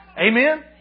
Amen